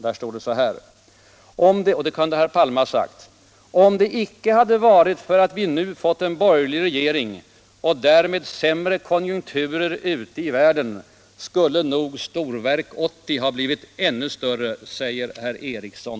Där står det, och det kunde herr Palme själv ha sagt: ”Om det icke varit för att vi nu fått en borgerlig regering och därmed sämre konjunkturer ute i världen skulle nog Storverk 80 ha blivit ännu större, säger herr Eriksson .”